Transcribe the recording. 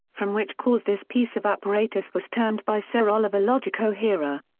from which cause this piece of apparatus was termed by sir oliver lodge a coherer.